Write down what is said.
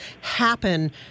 happen